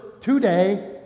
today